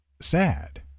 sad